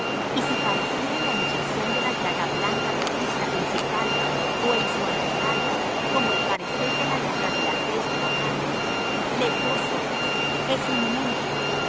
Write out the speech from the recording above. y si pareciere la hinchazón de la llaga blanca rojiza en su calva ó en su antecalva como el parecer de la lepra de la tez de la carne leproso es es inmundo